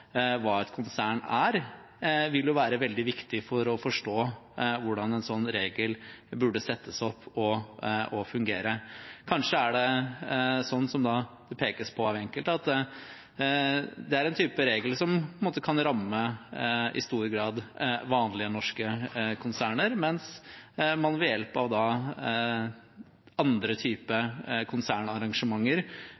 hva et konsern er, vil være veldig viktig for å forstå hvordan en slik regel burde settes opp og fungere. Kanskje er det slik, som det pekes på av enkelte, at dette er en type regel som på en måte kan ramme vanlige norske konsern i stor grad, mens man ved hjelp av andre